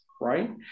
Right